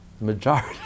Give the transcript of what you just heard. majority